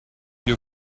your